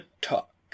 talk